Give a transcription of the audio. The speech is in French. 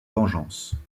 vengeance